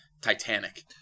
Titanic